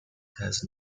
has